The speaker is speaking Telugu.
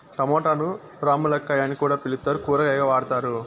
టమోటాను రామ్ములక్కాయ అని కూడా పిలుత్తారు, కూరగాయగా వాడతారు